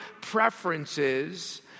preferences